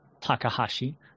Takahashi